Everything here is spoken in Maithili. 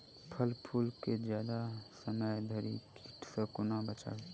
फल फुल केँ जियादा समय धरि कीट सऽ कोना बचाबी?